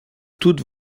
toutes